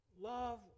Love